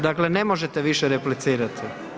Dakle, ne možete više replicirati.